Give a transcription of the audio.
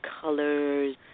colors